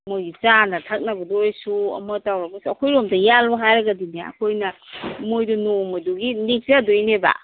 ꯃꯣꯏꯒꯤ ꯆꯥꯅ ꯊꯛꯅꯕꯗꯣ ꯑꯣꯏꯁꯨ ꯑꯃ ꯇꯧꯔꯒꯁꯨ ꯑꯩꯈꯣꯏꯔꯣꯝꯗ ꯌꯥꯜꯂꯣ ꯍꯥꯏꯔꯒꯗꯤꯅꯦ ꯑꯩꯈꯣꯏꯅ ꯃꯣꯏꯗꯣ ꯅꯣꯡꯃꯗꯨꯒꯤ ꯅꯦꯛꯆꯗꯣꯏꯅꯦꯕ